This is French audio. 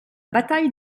bataille